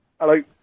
Hello